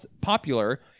popular